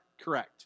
correct